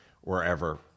wherever